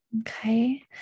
okay